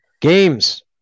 games